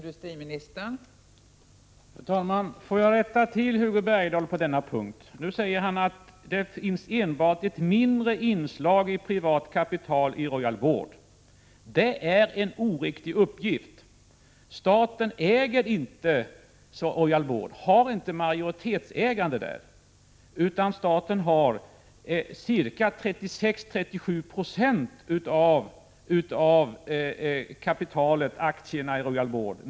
Fru talman! Får jag rätta Hugo Bergdahl på denna punkt. Hugo Bergdahl säger nu att det enbart är ett mindre inslag av privat kapital i Royal Board. Det är en oriktig uppgift. Staten har inte majoritetsägande i Royal Board utan har 36—37 96 av aktierna i företaget.